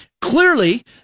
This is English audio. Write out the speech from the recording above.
Clearly